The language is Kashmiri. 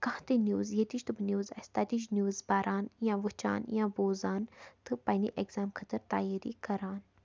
کانٛہہ تہِ نِوٕز ییٚتِچ تہِ نِوٕز اَسہِ تَتِچ نِوٕز پَران یا وٕچھان یا بوزان تہٕ پنٛنہِ اٮ۪گزام خٲطرٕ تیٲری کَران